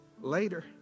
Later